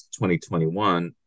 2021